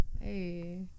Hey